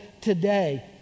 today